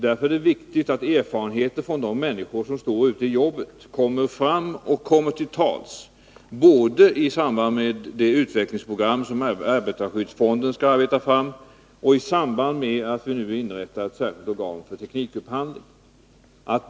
Därför är det viktigt att de människor som står ute i arbetslivet kommer till tals och att deras erfarenheter tas till vara både i samband med det utvecklingsprogram som arbetarskyddsfonden skall arbeta fram och i samband med att vi nu inrättar ett särskilt organ för teknikupphandling.